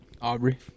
Aubrey